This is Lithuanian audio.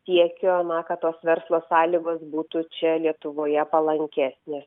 siekio na kad tos verslo sąlygos būtų čia lietuvoje palankesnės